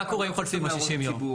מה קורה אם חולפים 60 הימים?